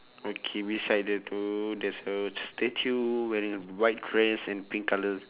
okay beside the two there's a statue wearing a white crest and a pink colour